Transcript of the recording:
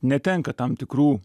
netenka tam tikrų